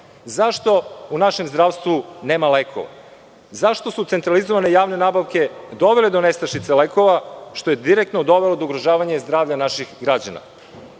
Zašto u našem zdravstvu nema lekova? Zašto su centralizovane javne nabavke dovele do nestašica lekova, što je direktno dovelo do ugrožavanja zdravlja naših građana. Pominju